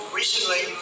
recently